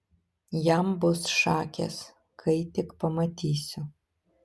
jam bus šakės kai tik pamatysiu